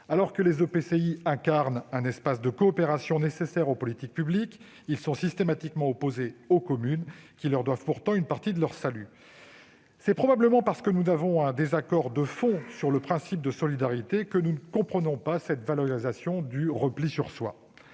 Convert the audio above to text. Alors que les EPCI incarnent un espace de coopération nécessaire pour les politiques publiques, ils sont systématiquement opposés aux communes, qui leur doivent pourtant une partie de leur salut. C'est probablement parce que nous avons un désaccord de fond sur le principe de solidarité que nous ne comprenons pas cette valorisation du repli sur soi.